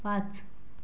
पाच